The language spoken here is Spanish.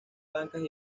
blancas